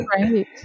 Right